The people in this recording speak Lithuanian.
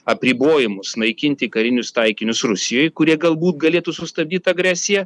apribojimus naikinti karinius taikinius rusijoj kurie galbūt galėtų sustabdyt agresiją